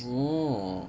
oh